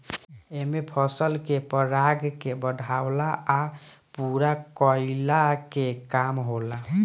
एमे फसल के पराग के बढ़ावला आ पूरा कईला के काम होला